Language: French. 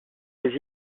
les